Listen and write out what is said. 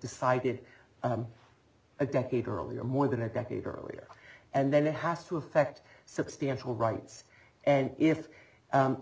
decided a decade earlier more than a decade earlier and then it has to affect substantial rights and if